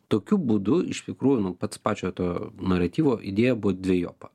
tokiu būdu iš tikrųjų nu pats pačio to naratyvo idėja buvo dvejopa